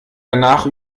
danach